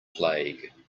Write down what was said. plague